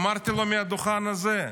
אמרתי לו מהדוכן הזה,